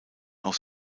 auf